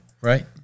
Right